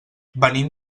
venim